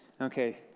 Okay